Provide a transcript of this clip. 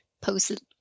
posted